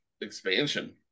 expansion